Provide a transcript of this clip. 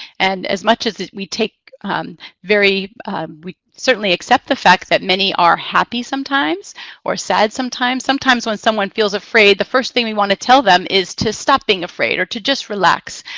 and as much as we take very we certainly accept the fact that many are happy sometimes or sad sometimes, sometimes when someone feels afraid, the first thing we want to tell them is to stop being afraid or to just relax,